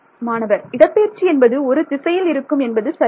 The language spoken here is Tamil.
மாணவர் இடப்பெயர்ச்சி என்பது ஒரு திசையில் இருக்கும் என்பது சரியா